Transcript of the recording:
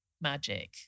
magic